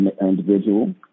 individual